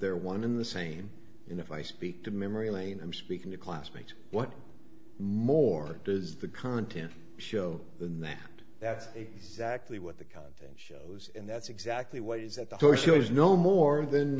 they're one in the same and if i speak to memory lane i'm speaking to a classmate what more does the content show than that that's exactly what the content shows and that's exactly what it is that the horse knows no more than